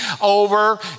over